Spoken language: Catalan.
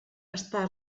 està